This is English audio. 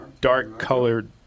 dark-colored